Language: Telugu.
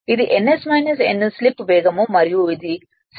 ఇది ns n ను స్లిప్ వేగం మరియు ఇది సిన్క్రోనస్ వేగం